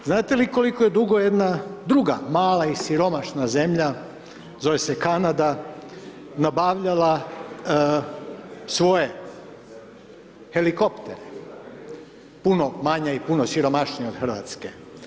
Znate li koliko je dugo jedna druga mala i siromašna zemlja, zove se Kanada nabavljala svoje helikoptere puno manja i puno siromašnija od Hrvatske?